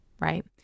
right